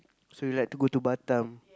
so you like to go to Batam